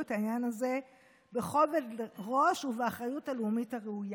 את העניין הזה בכובד ראש ובאחריות הלאומית הראויה,